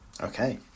Okay